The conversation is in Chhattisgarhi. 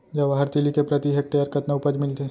जवाहर तिलि के प्रति हेक्टेयर कतना उपज मिलथे?